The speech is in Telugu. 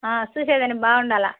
చూసేదానికి బాగుండాలా